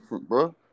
bro